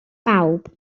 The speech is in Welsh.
bawb